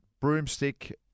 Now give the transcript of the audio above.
broomstick